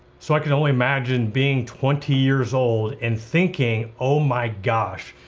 so i can only imagine being twenty years old and thinking, oh my gosh.